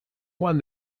one